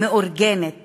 מאורגנת